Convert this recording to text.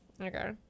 okay